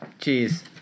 cheers